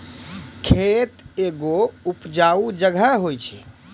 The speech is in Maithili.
खेत एगो उपजाऊ जगह होय छै